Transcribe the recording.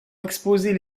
exposer